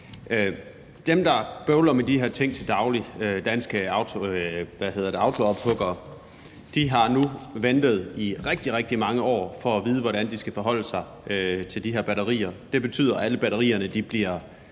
Dem, der bøvler med de her ting til daglig, danske autoophuggere, har nu ventet i rigtig, rigtig mange år på at få at vide, hvordan de skal forholde sig til de her batterier. Det betyder, at alle batterierne bliver